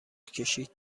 کشید